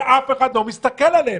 אבל אף אחד לא מסתכל עליהם,